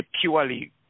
purely